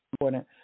important